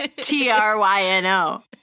T-R-Y-N-O